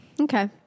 Okay